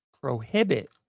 prohibit